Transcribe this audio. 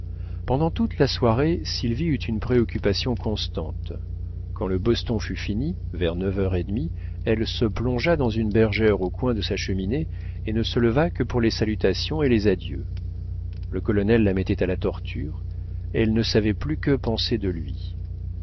pendant toute la soirée sylvie eut une préoccupation constante quand le boston fut fini vers neuf heures et demie elle se plongea dans une bergère au coin de sa cheminée et ne se leva que pour les salutations et les adieux le colonel la mettait à la torture elle ne savait plus que penser de lui